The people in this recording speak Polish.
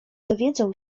dowiedzą